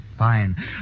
Fine